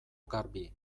garbi